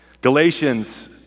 Galatians